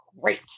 great